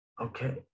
Okay